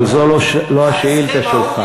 אבל זו לא השאילתה שלך.